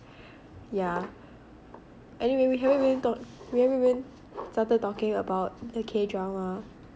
yeah !aiyo! we haven't even talked we haven't even started talking about the k-drama